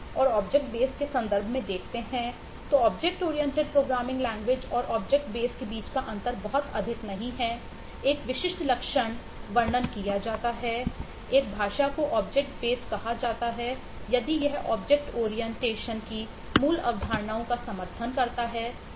और इसलिए लेकिन अगर यह इन्हेरिटेंस कहा जाता है